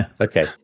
Okay